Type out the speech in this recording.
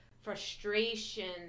frustration